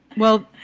well,